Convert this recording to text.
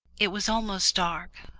it was almost dark,